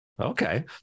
okay